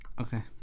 Okay